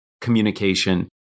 communication